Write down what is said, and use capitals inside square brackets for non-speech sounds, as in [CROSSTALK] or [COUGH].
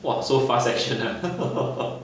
!wah! so fast action ah [LAUGHS]